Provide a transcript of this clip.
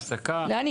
(הישיבה נפסקה בשעה 11:20 ונתחדשה בשעה 11:27.) טוב,